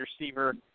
receiver